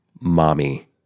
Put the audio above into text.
mommy